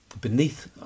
beneath